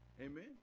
Amen